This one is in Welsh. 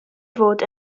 fod